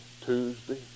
Tuesday